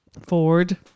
Ford